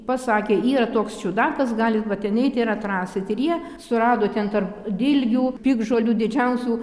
pasakė yra toks čiudakas galit va ten eiti ir atrasit ir jie surado ten tarp dilgių piktžolių didžiausių